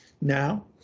Now